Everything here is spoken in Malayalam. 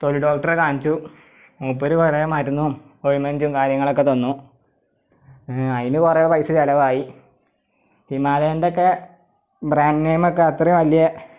തൊലി ഡോക്ടറെ കാണിച്ചു മൂപ്പര് കുറെ മരുന്നും ഓയിമെൻറ്റും കാര്യങ്ങളൊക്കെ തന്നു അയിന് കുറെ പൈസ ചെലവായി ഹിമാലയൻ്റക്കെ ബ്രാൻഡ് നെയിമക്കെ അത്രയും വലിയ